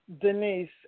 Denise